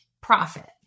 Profit